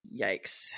Yikes